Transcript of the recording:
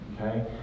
okay